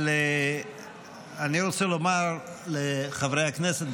אבל אני רוצה לומר לחברי הכנסת,